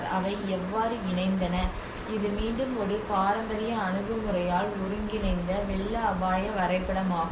அவை எவ்வாறு இணைந்தன இது மீண்டும் ஒரு பாரம்பரிய அணுகுமுறையால் ஒருங்கிணைந்த வெள்ள அபாய வரைபடமாகும்